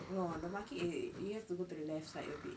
no ah the market you have to go to the left side a bit